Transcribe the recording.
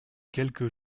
quelques